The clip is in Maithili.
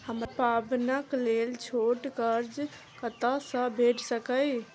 हमरा पाबैनक लेल छोट कर्ज कतऽ सँ भेटि सकैये?